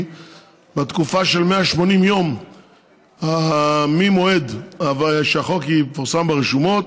בתקופה של 180 יום מהמועד שבו החוק יפורסם ברשומות